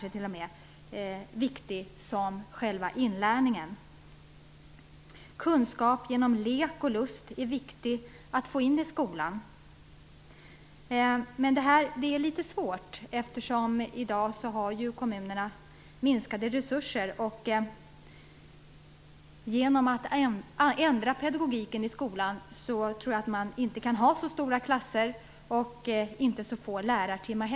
Det är viktigt att i skolan förmedla kunskaper genom lek och lust. Det är dock litet svårt att få in detta i skolan, eftersom kommunerna i dag har minskade resurser. Med en sådan ändrad pedagogik inom skolan tror jag att man inte kan ha så stora klasser och inte heller så få lärartimmar.